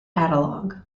catalog